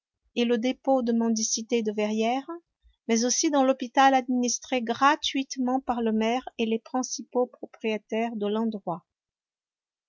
et le dépôt de mendicité de verrières mais aussi dans l'hôpital administré gratuitement par le maire et les principaux propriétaires de l'endroit